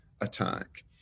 attack